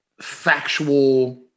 factual